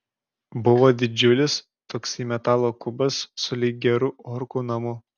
buvo didžiulis toksai metalo kubas sulig geru orkų namu